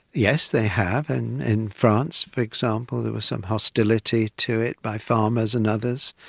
yes, they have. and in france, for example there was some hostility to it by farmers and others.